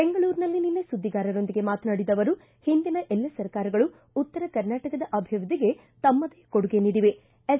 ಬೆಂಗಳೂರಿನಲ್ಲಿ ನಿನ್ನೆ ಸುದ್ದಿಗಾರರೊಂದಿಗೆ ಮಾತನಾಡಿದ ಅವರು ಒಂದಿನ ಎಲ್ಲಿ ಸರ್ಕಾರಗಳು ಉತ್ತರ ಕರ್ನಾಟಕದ ಅಭಿವೃದ್ಧಿಗೆ ತಮ್ಮದೇ ಕೊಡುಗೆ ನೀಡಿವೆ ಎಸ್